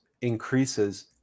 increases